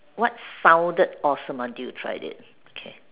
what sounded awesome until you tried it okay